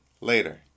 Later